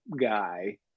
guy